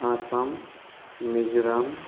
Assam Mizoram